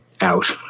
out